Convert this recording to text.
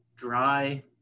dry